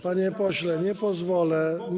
Panie pośle, nie pozwolę.